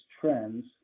trends